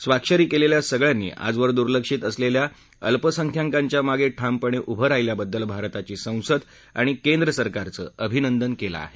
स्वाक्षरी केलेल्या सगळ्यांनी आजवर दुर्लक्षित असलेल्या अशा अल्पसंख्यकांच्या मागे ठामपणे उभं राहिल्याबद्दल भारताची संसद आणि केंद्र सरकारचं अभिनंदन केलं आहे